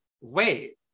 Wait